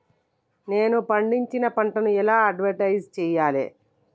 నేను పండించిన పంటను ఎలా అడ్వటైస్ చెయ్యాలే?